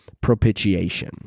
propitiation